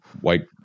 white